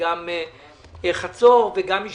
וחצור ומספר